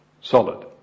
solid